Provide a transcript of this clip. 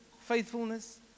faithfulness